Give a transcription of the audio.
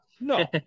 no